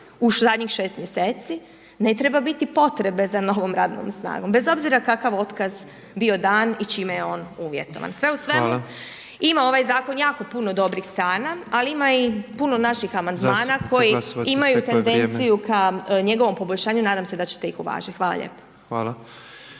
u zadnjih 6 mjeseci ne treba biti potrebe za novom radnom snagom bez obzira kakav otkaz bio dan i čime je on uvjetovan Sve u svemu ima ovaj zakon jako puno dobrih strani, ali ima i puno naših amandmana …… /Upadica Petrov: Zastupnice Glasovac, isteklo je vrijeme./… … Koji imaju tendenciju k njegovom poboljšanju. Nadam se da ćete ih uvažiti. Hvala lijepo.